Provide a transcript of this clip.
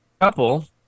couple